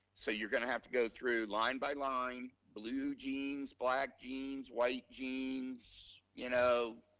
so you're gonna have to go through line by line, blue jeans, black jeans, white jeans, you know,